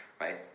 right